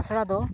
ᱟᱥᱲᱟ ᱫᱚ